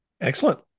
excellent